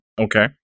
Okay